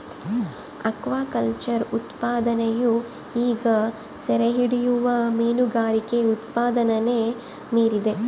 aquaculture ಉತ್ಪಾದನೆಯು ಈಗ ಸೆರೆಹಿಡಿಯುವ ಮೀನುಗಾರಿಕೆ ಉತ್ಪಾದನೆನ ಮೀರಿದೆ